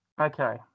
Okay